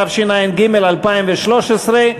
התשע"ג 2013,